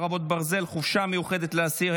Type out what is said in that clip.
חרבות ברזל) (חופשה מיוחדת לאסיר),